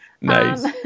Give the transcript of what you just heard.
Nice